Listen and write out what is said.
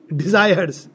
desires